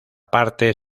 parte